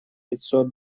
пятьсот